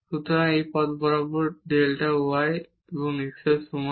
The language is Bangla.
সুতরাং এই পথ বরাবর ডেল্টা y ডেল্টা x এর সমান